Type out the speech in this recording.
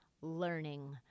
learning